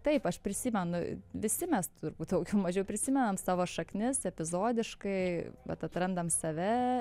taip aš prisimenu visi mes turbūt daugiau mažiau prisimenam savo šaknis epizodiškai vat atrandam save